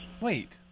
Wait